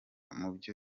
mubyo